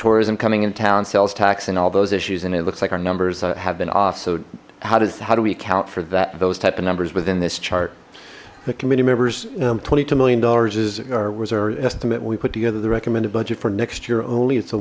tourism coming in town sales tax and all those issues and it looks like our numbers have been off so how does how do we account for that those type of numbers within this chart the committee members twenty two million dollars is our estimate when we put together the recommended budget for next year only it's a